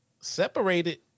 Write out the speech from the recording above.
separated